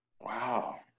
Wow